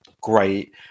great